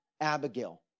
Abigail